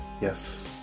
yes